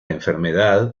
enfermedad